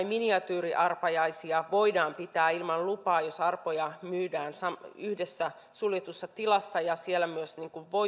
miniatyyriarpajaisia voidaan pitää ilman lupaa jos arpoja myydään yhdessä suljetussa tilassa ja myös